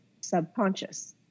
subconscious